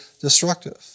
destructive